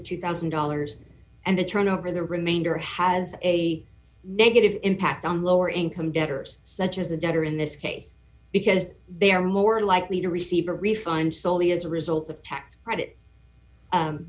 two thousand dollars and the turnover the remainder has a negative impact on lower income debtors such as the debtor in this case because they are more likely to receive a refund soley as a result of tax credit